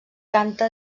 canta